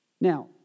Now